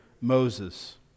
Moses